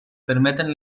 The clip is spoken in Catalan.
permeten